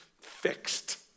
fixed